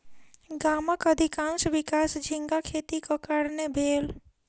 गामक अधिकाँश विकास झींगा खेतीक कारणेँ भेल